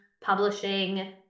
publishing